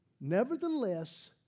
Nevertheless